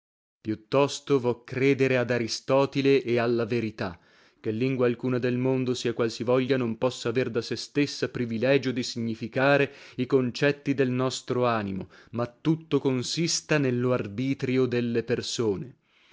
tosto vo credere ad aristotile e alla verità che lingua alcuna del mondo sia qual si voglia non possa aver da sé stessa privilegio di significare i concetti del nostro animo ma tutto consista nello arbitrio delle persone